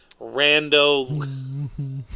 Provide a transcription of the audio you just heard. rando